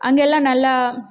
அங்கெல்லாம் நல்லா